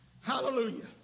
Hallelujah